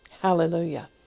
Hallelujah